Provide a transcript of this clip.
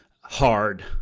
hard